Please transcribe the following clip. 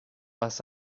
was